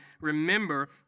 remember